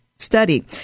study